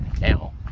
now